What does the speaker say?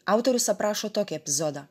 autorius aprašo tokį epizodą